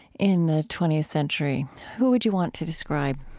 in the twentieth century, who would you want to describe?